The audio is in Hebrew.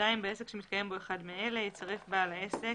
(2)בעסק שמתקיים בו אחד מאלה, יצרף בעל העסק,